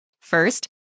First